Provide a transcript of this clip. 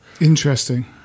Interesting